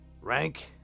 Rank